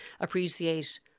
appreciate